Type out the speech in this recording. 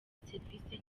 serivisi